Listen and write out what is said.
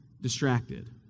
distracted